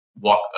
walk